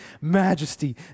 majesty